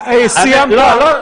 --- סמי אבו שחאדה.